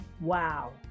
wow